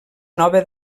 nova